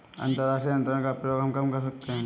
अंतर्राष्ट्रीय अंतरण का प्रयोग हम कब कर सकते हैं?